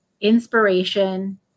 inspiration